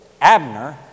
Abner